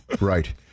Right